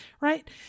right